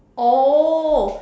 oh